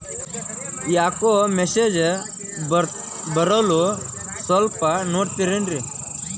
ಯಾಕೊ ಮೆಸೇಜ್ ಬರ್ವಲ್ತು ಸ್ವಲ್ಪ ನೋಡ್ತಿರೇನ್ರಿ?